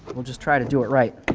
but we'll just try to do it right.